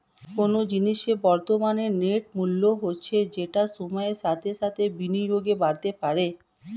কোনো জিনিসের বর্তমান নেট মূল্য হচ্ছে যেটা সময়ের সাথে সাথে বিনিয়োগে বাড়তে পারে